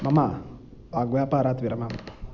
मम वाग्व्यापारात् विरमामि